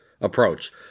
approach